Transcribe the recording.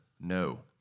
no